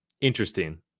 interesting